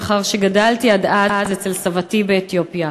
לאחר שגדלתי עד אז אצל סבתי באתיופיה.